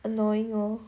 annoying lor